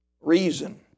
reason